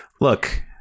Look